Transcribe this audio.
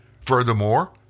Furthermore